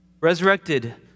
resurrected